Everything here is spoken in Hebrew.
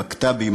הבקת"בים,